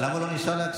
למה הוא לא נשאר להקשיב?